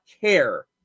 care